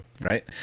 right